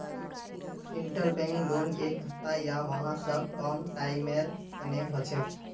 interbank loan एक हफ्ता या वहा स कम टाइमेर तने हछेक